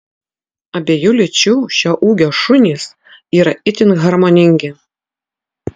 abiejų lyčių šio ūgio šunys yra itin harmoningi